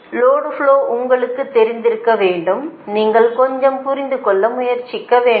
எனவே load flow உங்களுக்குத் தெரிந்திருக்க வேண்டும் நீங்கள் கொஞ்சம் புரிந்து கொள்ள முயற்சிக்க வேண்டும்